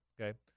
okay